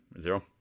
Zero